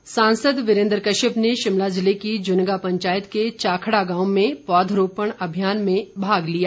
कश्यप सांसद वीरेन्द्र कश्यप ने शिमला ज़िले की जुन्गा पंचायत के तहत चाखड़ा गांव में पौधरोपण कार्यक्रम में भाग लिया